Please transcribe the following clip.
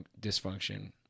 dysfunction